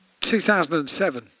2007